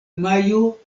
majo